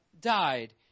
died